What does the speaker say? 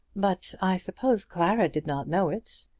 but i suppose clara did not know it.